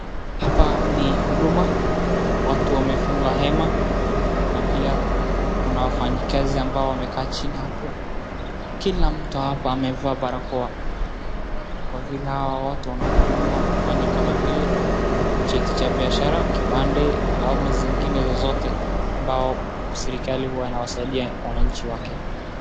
Hapa ni huduma. Watu wamefunga hema na pia kuna wafanyakazi ambao wamekaa chini hapo. Kila mtu hapa amevaa barakoa kwa vile hawa watu wanahudumiwa kufanya kama vile cheti cha biashara, kipande ama zingine zozote ambao serikali huwa inawasaidia wananchi wake.